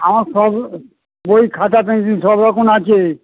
আমার সব বই খাতা পেন্সিল সব রকম আছে